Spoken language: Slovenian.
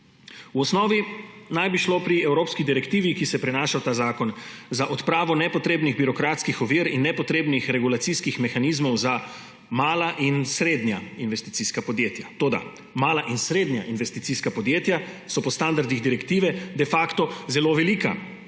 V osnovi naj bi šlo pri evropski direktivi, ki se prenaša v ta zakon, za odpravo nepotrebnih birokratskih ovir in nepotrebnih regulacijskih mehanizmov za mala in srednja investicijska podjetja. Toda, mala in srednja investicijska podjetja so po standardih direktive de facto zelo velika.